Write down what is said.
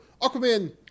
Aquaman